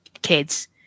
kids